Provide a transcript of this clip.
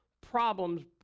problems